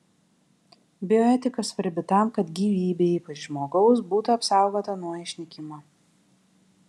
bioetika svarbi tam kad gyvybė ypač žmogaus būtų apsaugota nuo išnykimo